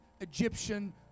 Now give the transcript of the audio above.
Egyptian